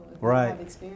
Right